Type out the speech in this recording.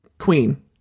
Queen